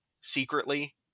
secretly